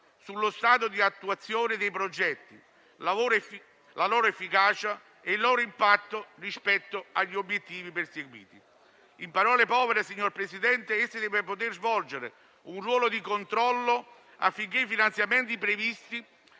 sullo stato di attuazione dei progetti, sulla loro efficacia e sul loro impatto rispetto agli obiettivi perseguiti. In parole povere, signor Presidente, essa deve poter svolgere un ruolo di controllo affinché i finanziamenti previsti